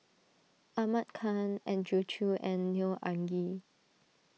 Ahmad Khan Andrew Chew and Neo Anngee